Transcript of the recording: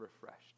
refreshed